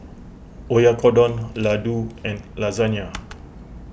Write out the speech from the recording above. Oyakodon Ladoo and Lasagne